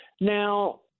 Now